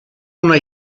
una